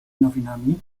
nowinami